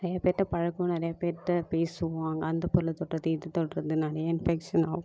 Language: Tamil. ஏகப்பட்ட பழக்கம் நிறையா பேருகிட்ட பேசுவோம் அந்த பொருளை தொட்டால் தீட்டு தொடுறது நிறைய இன்ஃபெக்ஷன் ஆகும்